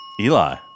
Eli